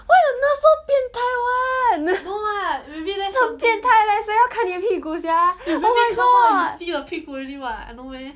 why the nurse so 变态 one 这样变态谁要要看你的屁股 sia oh my god